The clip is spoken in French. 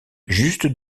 juste